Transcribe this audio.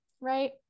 right